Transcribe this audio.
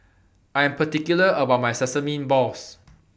I Am particular about My Sesame Balls